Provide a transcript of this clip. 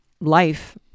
life